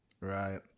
right